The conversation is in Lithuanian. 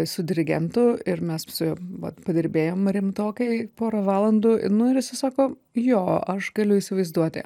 su dirigentu ir mes su juo va padirbėjom rimtokai porą valandų nu ir jisai sako jo aš galiu įsivaizduoti